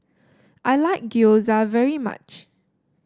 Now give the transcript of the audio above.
I like Gyoza very much